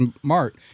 Smart